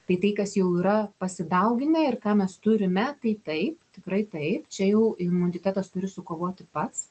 tai tai kas jau yra pasidauginę ir ką mes turime tai taip tikrai taip čia jau imunitetas turi sukovoti pats